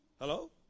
Hello